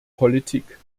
politik